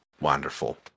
Wonderful